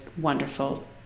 wonderful